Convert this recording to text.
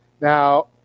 Now